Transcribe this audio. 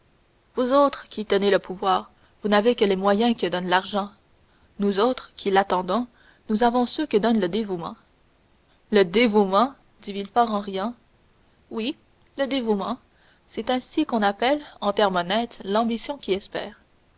vous autres qui tenez le pouvoir vous n'avez que les moyens que donne l'argent nous autres qui l'attendons nous avons ceux que donne le dévouement le dévouement dit villefort en riant oui le dévouement c'est ainsi qu'on appelle en termes honnêtes l'ambition qui espère